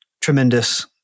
tremendous